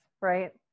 right